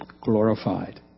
glorified